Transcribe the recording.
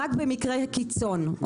רק במקרי קיצון,